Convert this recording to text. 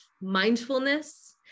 mindfulness